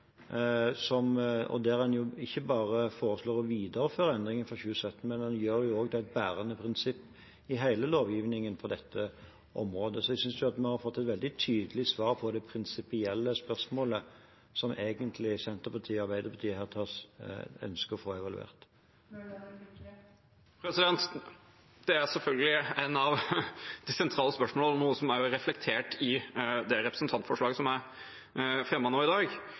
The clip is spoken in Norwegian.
der en ikke bare foreslår å videreføre endringen fra 2017, men en gjør det jo også til et bærende prinsipp i hele lovgivningen på dette området. Så jeg synes at man har fått et veldig tydelig svar på det prinsipielle spørsmålet som Senterpartiet og Arbeiderpartiet ønsker å få evaluert her. Det er selvfølgelig et av de sentrale spørsmålene, og noe som er reflektert i det representantforslaget som er fremmet nå i dag.